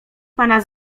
pana